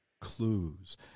clues